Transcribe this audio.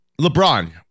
LeBron